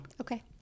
Okay